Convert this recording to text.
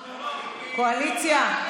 מיקי, אני איתך, קואליציה.